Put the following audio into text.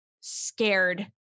scared